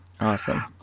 Awesome